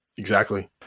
exactly.